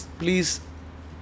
please